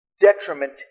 detriment